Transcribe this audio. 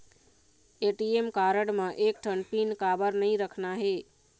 ATM card म एक ठन पिन काबर नई रखना हे?